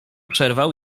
przerwał